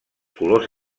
colors